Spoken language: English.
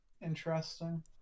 interesting